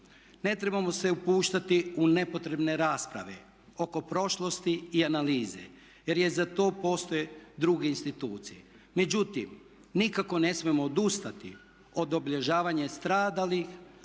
Ne trebamo se upuštati u nepotrebne rasprave oko prošlosti i analize jer i za to postoje druge institucije. Međutim, nikako ne smijemo odustati od obilježavanja stradalih,